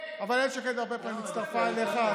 אבל איילת שקד הרבה פעמים הצטרפה אליך,